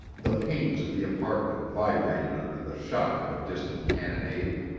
the panes of the apartment vibrated under the shock of a distant cannonade.